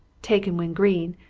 taken when green,